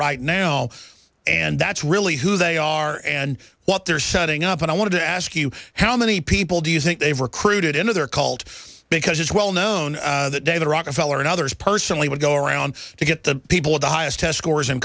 right now and that's really who they are and what they're setting up and i want to ask you how many people do you think they've recruited into their cult because it's well known that they the rockefeller and others personally would go around to get the people of the highest test scores in